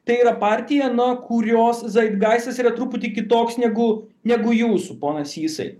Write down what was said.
tai yra partija na kurios zaidgaistas yra truputį kitoks negu negu jūsų ponas sysai